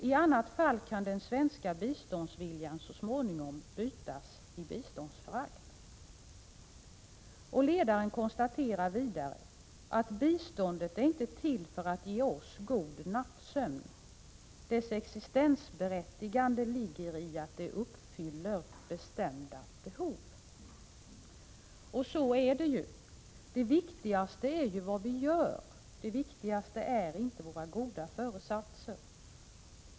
I annat fall kan den svenska biståndsviljan så småningom bytas i biståndsförakt.” Ledaren konstaterar vidare: ”Biståndet är inte till för att ge oss god nattsömn. Dess existensberättigande ligger i att det uppfyller bestämda krav och bestämda behov.” Så är det. Det viktigaste är vad vi gör — inte våra goda föresatser.